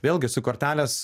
vėlgi su kortelės